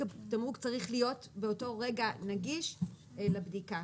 התמרוק צריך להיות באותו רגע נגיש לבדיקה?